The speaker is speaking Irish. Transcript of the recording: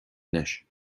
anois